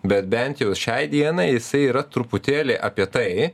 bet bent jau šiai dienai jisai yra truputėlį apie tai